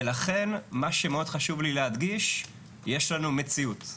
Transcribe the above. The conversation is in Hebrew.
לכן מה שמאוד חשוב לי להדגיש, יש לנו מציאות.